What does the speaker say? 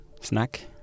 snack